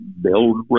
Build